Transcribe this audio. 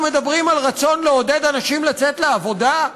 אנחנו מדברים על רצון לעודד אנשים לצאת לעבודה,